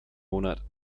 monat